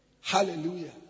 Hallelujah